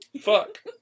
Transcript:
Fuck